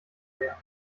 mehr